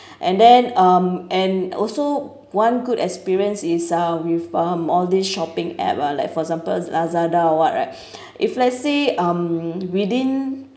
and then um and also one good experience is uh with um all this shopping app lah like for example lazada or what right if let's say um within